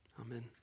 amen